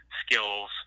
skills